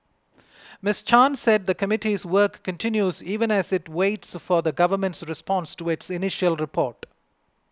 Miss Chan said the committee's work continues even as it waits for the Government's response to its initial report